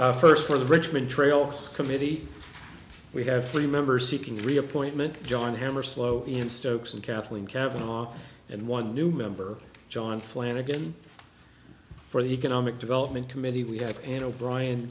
didn't first for the richmond trails committee we have three members seeking reappointment john hamre slow and stokes and kathleen cavanagh and one new member john flanagan for the economic development committee we have an o'bri